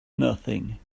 nothing